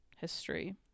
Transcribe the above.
history